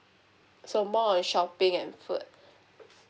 so more on shopping and food